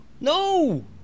No